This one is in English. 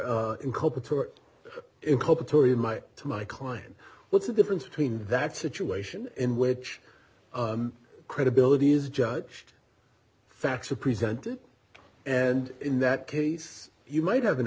of my to my client what's the difference between that situation in which credibility is judged facts are presented and in that case you might have an